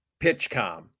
Pitchcom